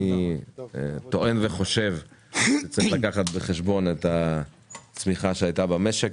אני טוען שצריך לקחת בחשבון את הצמיחה שהייתה במשק